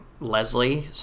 Leslie